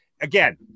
again